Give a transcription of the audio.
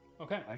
Okay